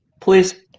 Please